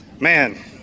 Man